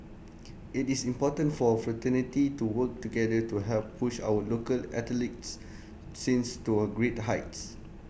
IT is important for fraternity to work together to help push our local athletics scenes to A great heights